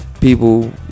people